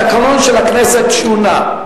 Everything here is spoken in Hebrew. התקנון של הכנסת שונה,